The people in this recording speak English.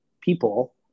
people